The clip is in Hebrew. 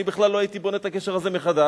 אני בכלל לא הייתי בונה את הגשר הזה מחדש,